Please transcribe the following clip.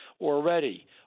already